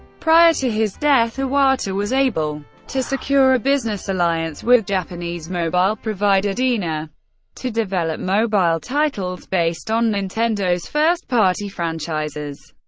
prior to his death, iwata was able to secure a business alliance with japanese mobile provider dena to develop mobile titles titles based on nintendo's first-party franchises,